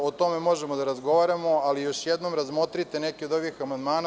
O tome možemo da razgovaramo, ali još jednom razmotrite nekih od ovih amandmana.